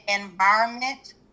environment